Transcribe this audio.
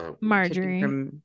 Marjorie